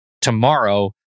tomorrow